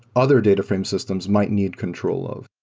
other data frame systems might need control of.